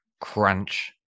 Crunch